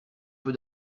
peu